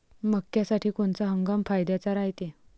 मक्क्यासाठी कोनचा हंगाम फायद्याचा रायते?